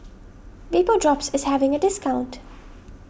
Vapodrops is having a discount